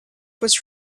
was